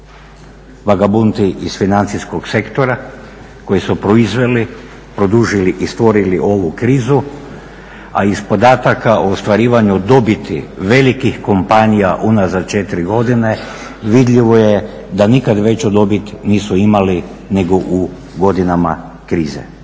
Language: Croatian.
vagabundi iz financijskog sektora koji su proizveli, produžili i stvorili ovu krizu. A iz podataka o ostvarivanju dobiti velikih kompanija unazad 4 godine vidljivo je da nikada veću dobit nisu imali nego u godinama krize.